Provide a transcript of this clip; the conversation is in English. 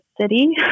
city